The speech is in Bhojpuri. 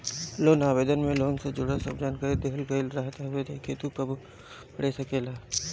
लोन आवेदन में लोन से जुड़ल सब जानकरी के देहल गईल रहत हवे जेके तू कबो आराम से पढ़ सकेला